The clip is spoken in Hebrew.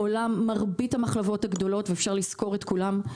בעולם מרבית המחלבות הגדולות ואפשר לסקור את כולן,